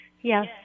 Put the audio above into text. Yes